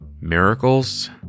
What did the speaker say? miracles